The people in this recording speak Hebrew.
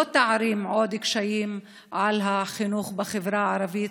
תערים עוד קשיים על החינוך בחברה הערבית,